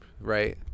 right